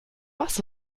was